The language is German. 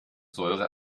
säure